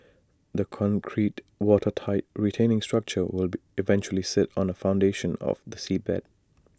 the concrete watertight retaining structure will be eventually sit on the foundation on the seabed